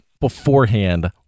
beforehand